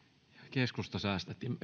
keskusta säästettiin